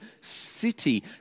city